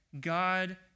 God